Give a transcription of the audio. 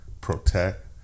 protect